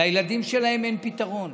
ולילדים שלהם אין פתרון.